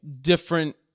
different